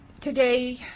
today